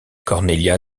cornelia